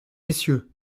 messieurs